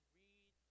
read